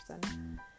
person